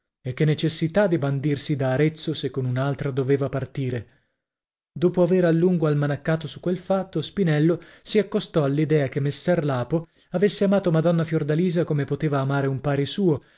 e che necessità di bandirsi da arezzo se con un'altra doveva partire dopo avere a lungo almanaccato su quel fatto spinello si accostò all'idea che messer lapo avesse amato madonna fiordalisa come poteva amare un pari suo